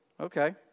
Okay